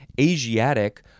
Asiatic